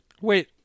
Wait